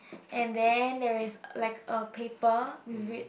and then there is like a paper with it